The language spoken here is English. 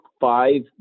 five